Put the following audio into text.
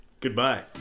Goodbye